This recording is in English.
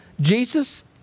Jesus